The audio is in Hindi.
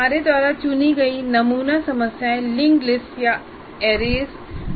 हमारे द्वारा चुनी गई सभी नमूना समस्याएँ लिंक्ड लिस्ट या arrays हैं